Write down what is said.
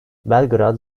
belgrad